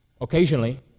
occasionally